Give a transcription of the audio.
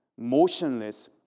motionless